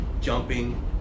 jumping